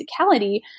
physicality